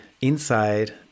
inside